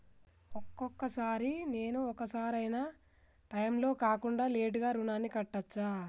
ఒక్కొక సారి నేను ఒక సరైనా టైంలో కాకుండా లేటుగా రుణాన్ని కట్టచ్చా?